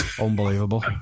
unbelievable